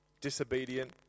disobedient